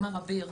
מר אביר,